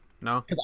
No